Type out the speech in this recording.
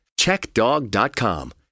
Checkdog.com